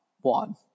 one